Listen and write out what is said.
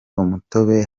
umutobe